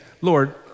Lord